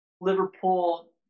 Liverpool